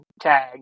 tag